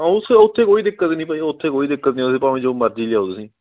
ਹਾਂ ਉਸ ਉੱਥੇ ਕੋਈ ਦਿੱਕਤ ਨਹੀਂ ਭਾਅ ਜੀ ਉੱਥੇ ਕੋਈ ਦਿੱਕਤ ਨਹੀਂ ਆਉਂਦੀ ਭਾਵੇਂ ਜੋ ਮਰਜ਼ੀ ਲਿਆਓ ਤੁਸੀਂ